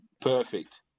perfect